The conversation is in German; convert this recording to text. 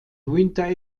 winter